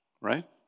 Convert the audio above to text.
right